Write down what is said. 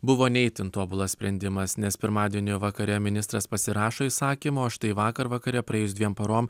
buvo ne itin tobulas sprendimas nes pirmadienio vakare ministras pasirašo įsakymą o štai vakar vakare praėjus dviem paroms